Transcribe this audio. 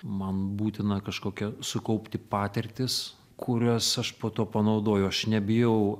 man būtina kažkokia sukaupti patirtis kurias aš po to panaudoju aš nebijau